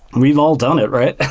we've all done it, right?